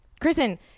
kristen